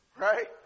Right